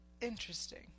Interesting